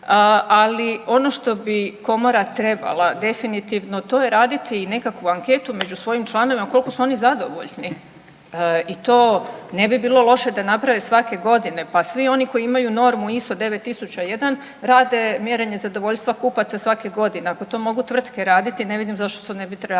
Ali ono što bi Komora trebala definitivno to je raditi i nekakvu anketu među svojim članovima koliko su oni zadovoljni. I to ne bi bilo loše da naprave svake godine, pa svi oni koji imaju normu ISO9001 rade mjerenje zadovoljstva kupaca svake godine. Ako to mogu tvrtke raditi, ne vidim zašto to ne bi radila